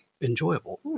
enjoyable